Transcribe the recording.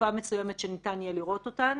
תקופה מסוימת שניתן יהיה לראות אותן